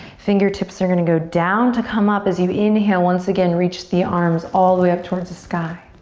fingertips are gonna go down to come up as you inhale. once again reach the arms all the way up toward the sky.